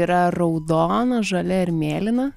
yra raudona žalia ir mėlyna